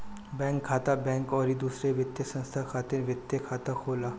bank खाता, bank अउरी दूसर वित्तीय संस्था खातिर वित्तीय खाता होला